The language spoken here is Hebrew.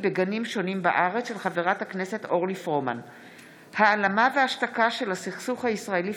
יבגני סובה ואורלי פרומן בנושא: החזר כספי